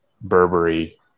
Burberry